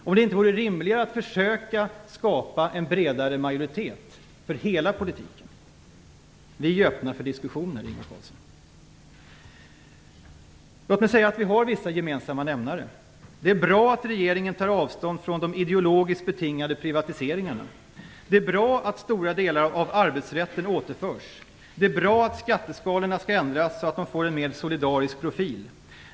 Vore det inte rimligare att försöka skapa en bredare majoritet för hela politiken? Vi är öppna för diskussioner, Ingvar Låt mig säga att vi har vissa gemensamma nämnare. Det är bra att regeringen tar avstånd från de ideologiskt betingade privatiseringarna. Det är bra att stora delar av arbetsrätten återförs. Det är bra att skatteskalorna ändras så att de får en mer solidarisk profil.